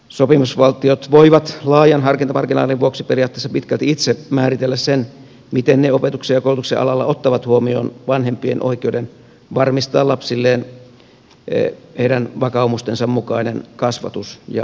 sopimusvaltiot voivat laajan harkintamarginaalin vuoksi periaatteessa pitkälti itse määritellä sen miten ne opetuksen ja koulutuksen alalla ottavat huomioon vanhempien oikeuden varmistaa lapsilleen heidän vakaumustensa mukainen kasvatus ja opetus